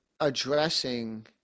Addressing